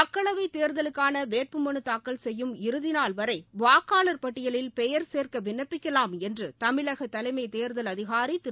மக்களவை தேர்தலுக்கான வேட்புமனு தாக்கல் செய்யும் இறுதிநாள் வரை வாக்காளர் பட்டியலில் பெயர் சேர்க்க விண்ணப்பிக்கலாம் என்று தமிழக தலைமைத் தேர்தல் அதிகாரி திரு